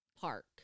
park